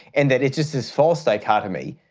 and that is just this false dichotomy,